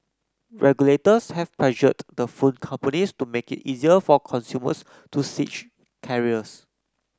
regulators have pressured the phone companies to make it easier for consumers to switch carriers